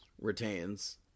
retains